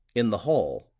in the hall,